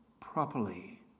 properly